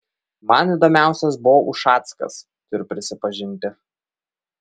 man įdomiausias buvo ušackas turiu prisipažinti